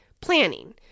planning